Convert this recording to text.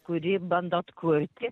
kuri bando atkurti